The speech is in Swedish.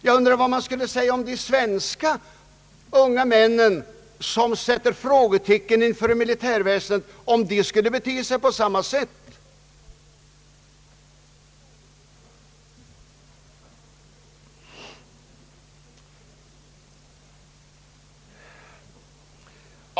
Jag undrar vad vi skulle säga om de svenska unga män, som sätter frågetecken inför militärväsendet, skulle bete sig på samma sätt.